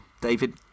David